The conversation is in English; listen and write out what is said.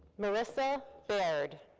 marisa baird.